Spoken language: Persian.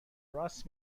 راست